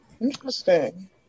interesting